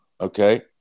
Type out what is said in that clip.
okay